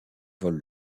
vole